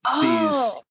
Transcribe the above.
sees